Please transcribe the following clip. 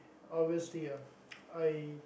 obviously uh I